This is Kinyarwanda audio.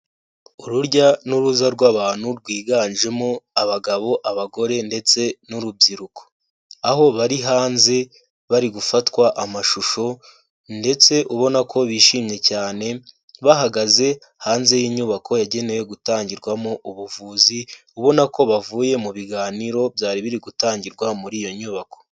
Urujya n'uruza rw'abantu rwiganjemo abagabo, abagore ndetse n'urubyiruko. Aho bari hanze bari gufatwa amashusho, ndetse ubona ko bishimye cyane bahagaze hanze y'inyubako yagenewe gutangirwamo ubuvuzi, ubona ko bavuye mu biganiro byari biri gutangirwa muri iyo nyubako.